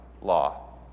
law